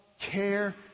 care